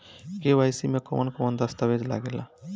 KYC में कवन कवन दस्तावेज लागे ला?